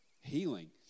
Healing